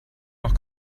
noch